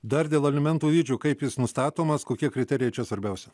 dar dėl alimentų dydžių kaip jis nustatomas kokie kriterijai čia svarbiausi